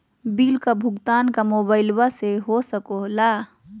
Bill का भुगतान का मोबाइलवा से हो सके ला?